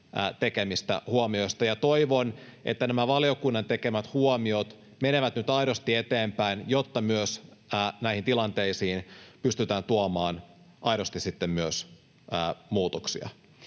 tekemistä huomioista, ja toivon, että nämä valiokunnan tekemät huomiot menevät nyt aidosti eteenpäin, jotta myös näihin tilanteisiin pystytään tuomaan aidosti sitten myös muutoksia,